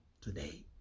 today